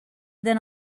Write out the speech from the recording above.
than